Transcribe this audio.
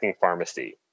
pharmacy